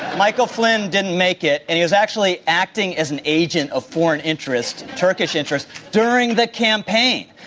michael flynn didn't make it and he was actually acting as an agent of foreign interests, turkish interests, during the campaign.